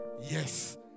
yes